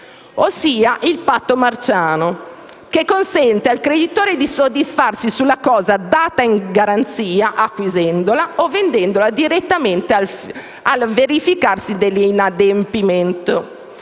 ossia il patto marciano, che consente al creditore di soddisfarsi sulla cosa data in garanzia acquisendola o vendendola direttamente al verificarsi dell'inadempimento.